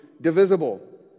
divisible